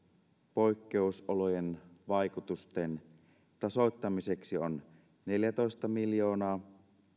poikkeusolojen vaikutusten tasoittamiseksi on neljätoista miljoonaa